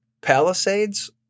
Palisades